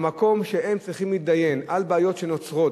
המקום שהם צריכים להתדיין על בעיות שנוצרות